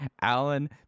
Alan